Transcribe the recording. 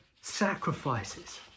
sacrifices